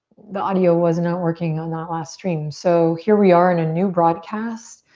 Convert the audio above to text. the audio was not working on that last stream so here we are in a new broadcast.